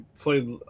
played